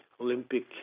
olympic